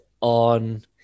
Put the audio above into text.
on